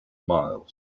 miles